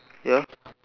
ya